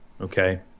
Okay